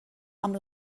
amb